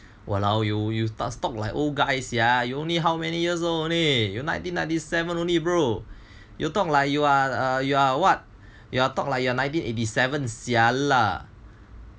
!walao! you start stop like old guy sia you only how many years old only you nineteen ninety seven only bro you talk like you are you are what you all talk lah you're nineteen eighty seven sia lah